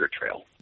trail